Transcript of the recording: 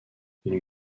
une